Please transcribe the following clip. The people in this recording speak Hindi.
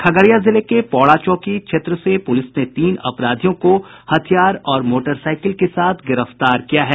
खगड़िया जिले के पौड़ा चौकी क्षेत्र से पूलिस ने तीन अपराधियों को हथियार और मोटरसाईकिल के साथ गिरफ्तार किया है